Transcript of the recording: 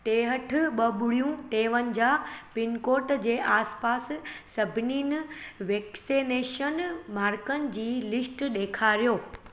टेहठि ॿ ॿुड़ियूं टेवंजाह पिनकोड जे आसपास सभिनिनि वैक्सीनेशन मर्कज़नि जी लिस्ट ॾेखारियो